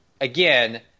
again